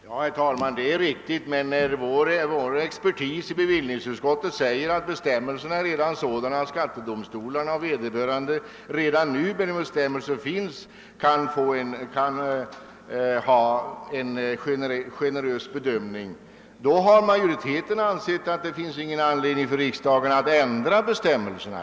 Herr talman! Det är riktigt, men vår expertis i bevillningsutskottet har framhållit att bestämmelserna är sådana, att skattedomstolarna och övriga myndigheter redan nu med de bestämmelser som finns kan göra en generös bedömning. Med anledning härav har majoriteten ansett att det inte finns något skäl för riksdagen att ändra bestämmelserna.